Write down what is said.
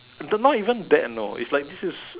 don't lah even that you know if like this is